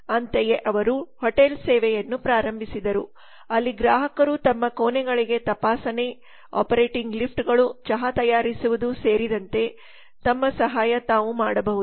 ಅಂತೆಯೇ ಅವರು ಹೋಟೆಲ್ ಸೇವೆಯನ್ನು ಪ್ರಾರಂಭಿಸಿದರು ಅಲ್ಲಿ ಗ್ರಾಹಕರು ತಮ್ಮ ಕೋಣೆಗಳಿಗೆ ತಪಾಸಣೆ ಆಪರೇಟಿಂಗ್ ಲಿಫ್ಟ್ಗಳು ಚಹಾ ತಯಾರಿಸುವುದು ಸೇರಿದಂತೆ ತಮ್ಮಸಹಾಯ ಮಾಡಬಹುದು